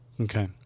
Okay